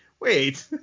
wait